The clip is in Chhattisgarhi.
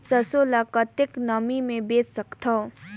सरसो ल कतेक नमी मे बेच सकथव?